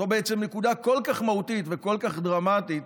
זו בעצם נקודה כל כך מהותית וכל כך דרמטית,